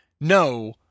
no